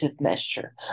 measure